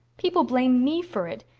people blame me for it.